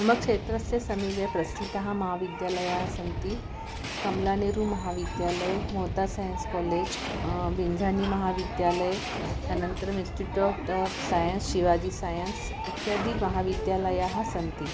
मम क्षेत्रस्य समीपे प्रसिद्धाः महाविद्यालयाः सन्ति कम्लानेरूमहाविद्यालय् मोता सैन्स् कालेज् बिञ्झानी महाविद्यालयः अनन्तरम् institute of science Shivaji science इत्यादयः महाविद्यालयाः सन्ति